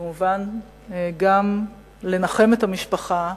כמובן גם לנחם את המשפחה.